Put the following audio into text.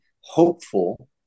hopeful